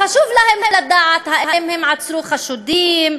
חשוב להם לדעת אם עצרו חשודים,